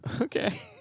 Okay